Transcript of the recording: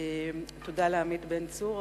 תודה לעמית בן-צור,